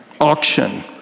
auction